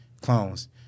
clones